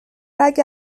اگه